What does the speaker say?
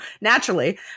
naturally